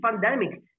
pandemic